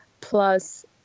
Plus